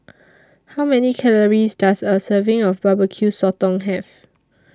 How Many Calories Does A Serving of Barbecue Sotong Have